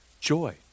joy